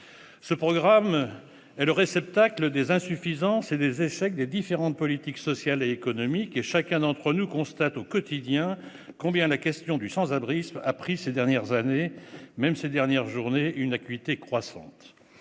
Ce programme est le réceptacle des insuffisances et des échecs de différentes politiques sociales et économiques, et chacun d'entre nous constate au quotidien combien la question du « sans-abrisme » a pris ces dernières années, et jusqu'à ces derniers jours, une acuité croissante.